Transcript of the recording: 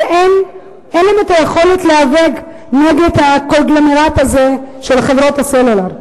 שאין להם היכולת להיאבק נגד הקונגלומרט הזה של חברות הסלולר.